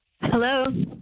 Hello